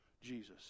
jesus